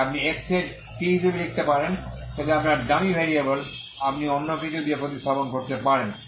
তাই আপনি x এর t হিসাবে লিখতে পারেন যাতে আপনার ডামি ভেরিয়েবল আপনি অন্য কিছু দিয়ে প্রতিস্থাপন করতে পারেন